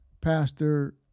Pastor